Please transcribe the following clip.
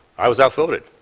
i was outvoted.